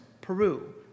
Peru